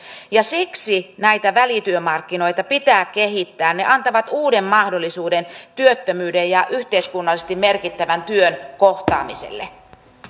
ja siksi näitä välityömarkkinoita pitää kehittää ne antavat uuden mahdollisuuden työttömyyden ja yhteiskunnallisesti merkittävän työn kohtaamiselle